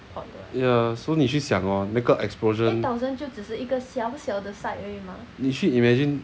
ya so 你去想 lor 那个 explosion 你去 imagine